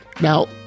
Now